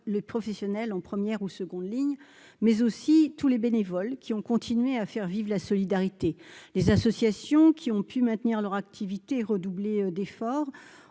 les professionnels, en première ou seconde ligne, mais aussi de tous les bénévoles qui ont continué à faire vivre la solidarité. Les associations ont pu maintenir leurs activités et redoubler d'efforts,